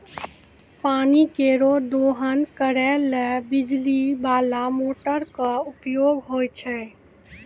पानी केरो दोहन करै ल बिजली बाला मोटर क उपयोग होय छै